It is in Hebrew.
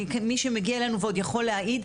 מי שמגיע אלינו ועוד יכול להעיד,